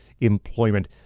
employment